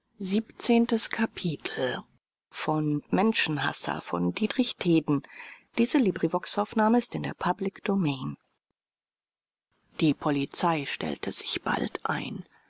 die polizei stellte sich bald ein